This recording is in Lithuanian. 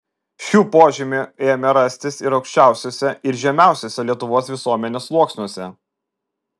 šių požymių ėmė rastis ir aukščiausiuose ir žemiausiuose lietuvos visuomenės sluoksniuose